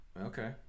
Okay